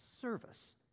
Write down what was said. service